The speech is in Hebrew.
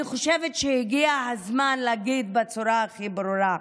אני חושבת שהגיע הזמן להגיד בצורה הכי ברורה: